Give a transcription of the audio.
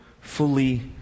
fully